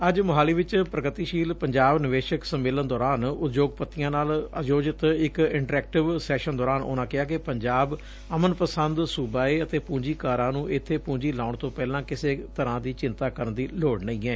ਅੱਜ ਮੁਹਾਲੀ ਵਿਚ ਪ੍ਰਗਤੀਸ਼ੀਲ ਪੰਜਾਬ ਨਿਵੇਸ਼ਕ ਸੰਮੇਲਨ ਦੌਰਾਨ ਉਦਯੋਗਪਤੀਆਂ ਨਾਲ ਆਯੋਜਿਤ ਇਕ ਇੰਟਰੈਕਟਿਵ ਸੈਸ਼ਨ ਦੌਰਾਨ ਉਨੂਾਂ ਕਿਹਾ ਕਿ ਪੰਜਾਬ ਅਮਨਪਸੰਦ ਸੂਬਾ ਏ ਅਤੇ ਪੂੰਜੀਕਾਰਾਂ ਨੂੰ ਇਬੇ ਪੂੰਜੀ ਲਾਉਣ ਤੋਂ ਪਹਿਲਾਂ ਕਿਸੇ ਤਰੂਾਂ ਦੀ ਚਿੰਤਾ ਕਰਨ ਦੀ ਲੋੜ ਨਹੀਂ ਏ